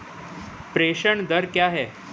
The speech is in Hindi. प्रेषण दर क्या है?